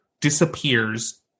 disappears